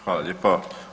Hvala lijepo.